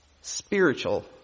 spiritual